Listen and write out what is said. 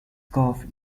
caught